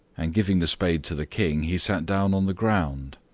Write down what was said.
and, giving the spade to the king, he sat down on the ground.